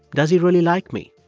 does he really like me?